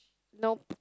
nope